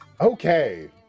Okay